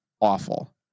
awful